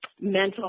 mental